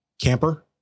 camper